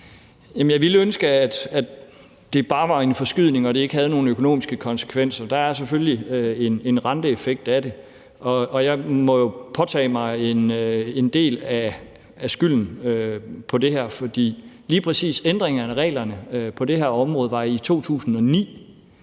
Jeg ville ønske, at det bare var en forskydning og det ikke havde nogen økonomiske konsekvenser. Der er selvfølgelig en renteeffekt af det, og jeg må jo påtage mig en del af skylden for det her, for lige præcis ændringerne af reglerne på det her område var i 2009